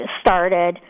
started